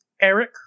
Eric